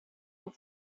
and